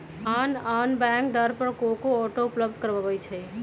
आन आन बैंक दर पर को को ऑटो उपलब्ध करबबै छईं